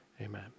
Amen